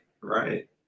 right